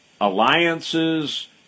alliances